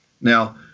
Now